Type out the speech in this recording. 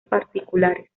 particulares